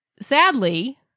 sadly